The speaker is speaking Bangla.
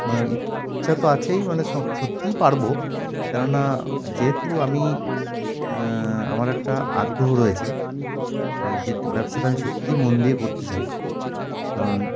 মানে ইচ্ছা তো আছেই মানে সত্যিই পারবো কেননা যেহেতু আমি আমার একটা আগ্রহ রয়েছে যেটা ব্যবসাটা আমি সত্যিই মন দিয়ে করতে চাই কারণ